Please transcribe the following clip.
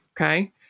okay